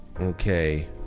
Okay